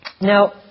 Now